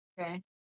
Okay